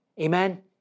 Amen